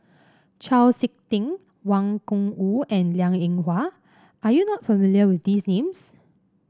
Chau SiK Ting Wang Gungwu and Liang Eng Hwa are you not familiar with these names